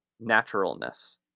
Naturalness